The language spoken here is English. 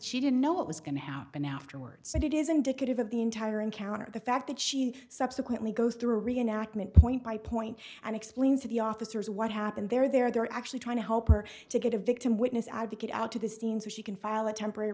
she didn't know what was going to happen afterwards and it is indicative of the entire encounter the fact that she subsequently goes through a reenactment point by point and explains to the officers what happened they're there they're actually trying to help her to get a victim witness advocate out to the scenes or she can file a temporary